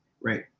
Right